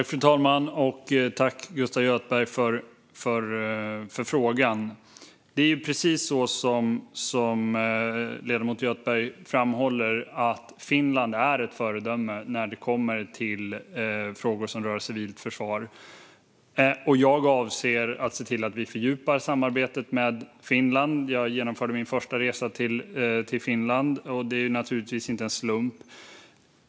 Fru talman! Tack, Gustaf Göthberg, för frågan! Det är precis så som ledamoten Göthberg framhåller. Finland är ett föredöme när det kommer till frågor som rör civilt försvar. Jag avser att se till att vi fördjupar samarbetet med Finland. Jag genomförde min första resa till Finland. Det är naturligtvis inte en slump.